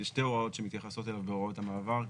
יש שתי הוראות שמתייחסות אליו בהוראות המעבר.